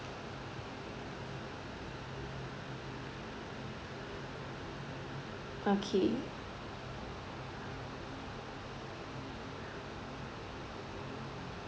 okay